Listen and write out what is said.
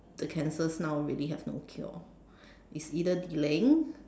the cancers now really have no cure it's either delaying